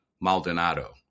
Maldonado